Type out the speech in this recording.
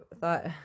thought